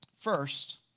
First